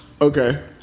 Okay